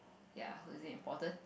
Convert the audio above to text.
ya so is it important